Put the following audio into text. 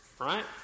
Right